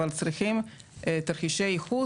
אבל אנחנו צריכים תרחישי ייחוס,